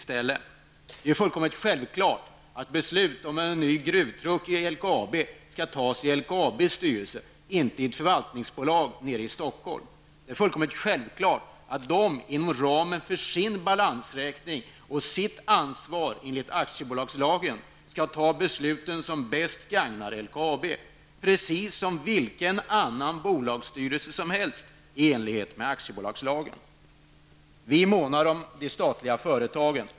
Det är fullkomligt självklart att beslut om en ny gruvtruck i LKAB skall tas i LKABSs styrelse, inte i ett förvaltningsbolag i Stockholm. Det är fullkomligt självklart att de inom ramen för sin balansräkning och sitt ansvar enligt aktiebolagslagen skall fatta de beslut som bäst gagnar LKAB, precis som vilken annan bolagsstyrelse som helst skall göra i enlighet med aktiebolagslagen. Vi månar om de statliga företagen.